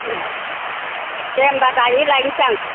ए दे होनबा दायो लायनोसै आं